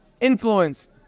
influence